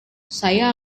saya